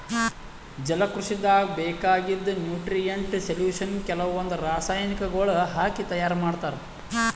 ಜಲಕೃಷಿದಾಗ್ ಬೇಕಾಗಿದ್ದ್ nutrient solution ಕೆಲವಂದ್ ರಾಸಾಯನಿಕಗೊಳ್ ಹಾಕಿ ತೈಯಾರ್ ಮಾಡ್ತರ್